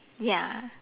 ya